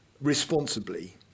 responsibly